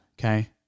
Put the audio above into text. Okay